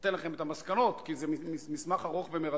אתן לכם את המסקנות, כי זה מסמך ארוך ומרתק,